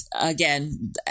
again